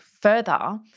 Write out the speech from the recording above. further